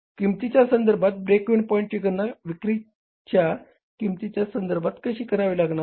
किंमतीच्या संधर्भात break even पॉईंटची गणना विक्रीच्या किंमती संधर्भात कशी करावी लागणार